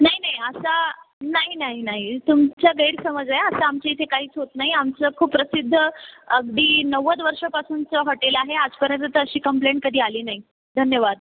नाही नाही असा नाही नाही नाही तुमचा गैरसमज आहे असं आमच्या इथे काहीच होत नाही आमचं खूप प्रसिद्ध अगदी नव्वद वर्षापासूनचं हॉटेल आहे आजपर्यंत तशी कंप्लेंट कधी आली नाही धन्यवाद